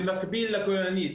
במקביל לכוללנית,